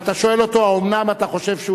ואתה שואל אותו: האומנם אתה חושב,